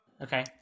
Okay